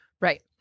right